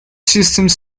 systems